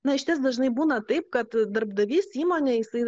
na išties dažnai būna taip kad darbdavys įmonė jisai